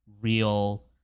real